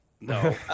No